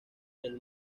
del